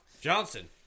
Johnson